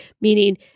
meaning